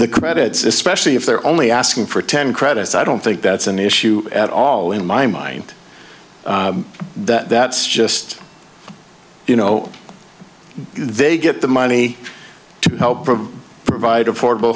the credits especially if they're only asking for ten credits i don't think that's an issue at all in my mind that that's just you know they get the money to help provide affordable